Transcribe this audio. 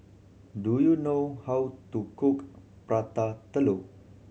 do you know how to cook Prata Telur